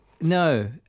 No